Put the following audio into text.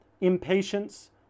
impatience